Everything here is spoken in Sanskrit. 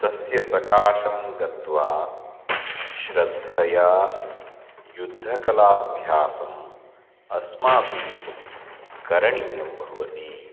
तस्य सकाशं गत्वा श्रद्धया युद्धकलाभ्यासम् अस्माभिः करणीयं भवति